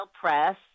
Press